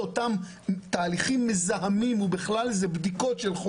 ניקיון לאותם תהליכים מזהמים ובכלל זה בדיקות.